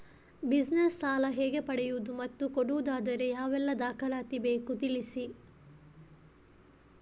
Business ಸಾಲ ಹೇಗೆ ಪಡೆಯುವುದು ಮತ್ತು ಕೊಡುವುದಾದರೆ ಯಾವೆಲ್ಲ ದಾಖಲಾತಿ ಬೇಕು ತಿಳಿಸಿ?